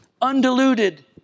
undiluted